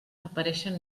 apareixen